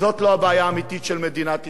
זאת לא הבעיה האמיתית של מדינת ישראל,